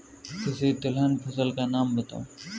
किसी तिलहन फसल का नाम बताओ